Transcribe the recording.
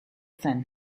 zen